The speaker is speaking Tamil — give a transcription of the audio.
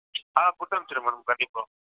ஆ கொடுத்தனுப்ச்சிர்றேன் மேடம் கண்டிப்பாக